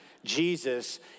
Jesus